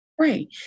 Right